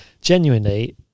Genuinely